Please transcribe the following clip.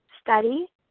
study